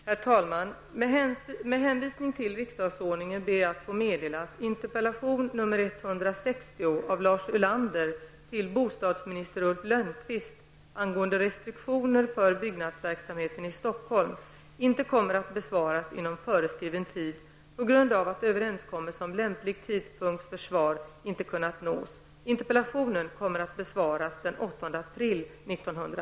Herr talman! Med hänvisning till riksdagsordningen ber jag att få meddela att interpellation 1990/91:160 av Lars Ulander till bostadsminister Ulf Lönnqvist angående restriktioner för byggnadsverksamheten i Stockholm inte kommer att besvaras inom föreskriven tid på grund av att överenskommelse om lämplig tidpunkt för svaret inte har kunnat träffas. Interpellationen kommer att besvaras den 8